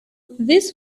this